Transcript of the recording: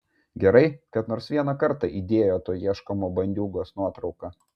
gerai kad nors vieną kartą įdėjo to ieškomo bandiūgos nuotrauką